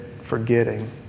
forgetting